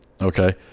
okay